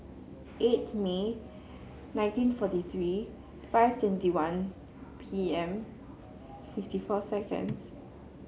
eighth May nineteen forty three five twenty one P M fifty four seconds